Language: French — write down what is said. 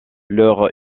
leur